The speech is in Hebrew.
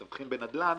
מתווכי נדל"ן,